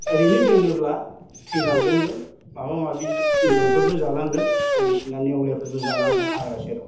ओरैनो दोनोब्ला थैलांगोनबो माबा माबि एनजरफोरबो जालांगोन बायदिसिना नेवलायफोरबो जालांगोन हाग्रा सेराव